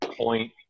point